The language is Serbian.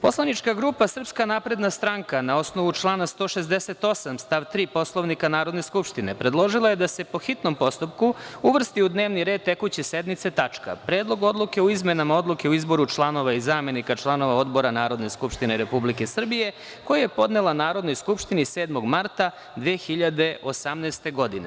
Poslanička grupa SNS, na osnovu člana 168. stav 3. Poslovnika Narodne skupštine, predložila je da se po hitnom postupku uvrsti u dnevni red tekuće sednice tačka – Predlog odluke o izmenama Odluke o izboru članova i zamenika članova Odbora Narodne skupštine Republike Srbije, koji je podnela Narodnoj skupštini 7. marta 2018. godine.